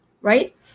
right